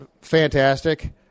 fantastic